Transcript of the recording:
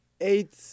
eight